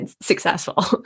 successful